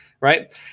right